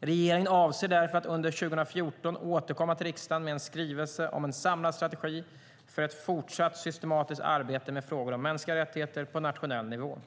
Regeringen avser därför att under 2014 återkomma till riksdagen med en skrivelse om en samlad strategi för ett fortsatt systematiskt arbete med frågor om mänskliga rättigheter på nationell nivå.